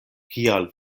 kial